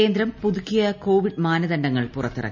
കേന്ദ്രം പുതുക്കിയ കോവിഡ് മാനദണ്ഡങ്ങൾ പുറത്തിറക്കി